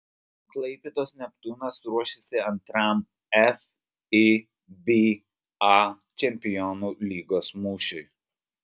klaipėdos neptūnas ruošiasi antram fiba čempionų lygos mūšiui